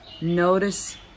Notice